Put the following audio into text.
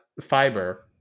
fiber